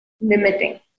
limiting